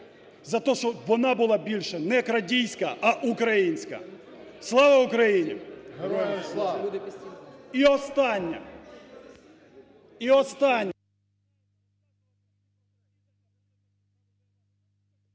за те, щоб вона була більше не крадійська, а українська. Слава Україні! І останнє…